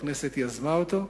הכנסת יזמה אותו.